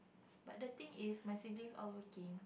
but the thing is my siblings all working